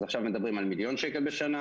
אז עכשיו מדברים על מיליון שקל בשנה.